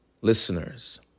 listeners